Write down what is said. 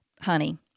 honey